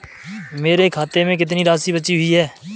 मेरे खाते में कितनी राशि बची हुई है?